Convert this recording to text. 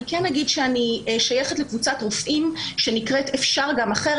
אני כן אגיד שאני שייכת לקבוצת רופאים שנקראת "אפשר גם אחרת".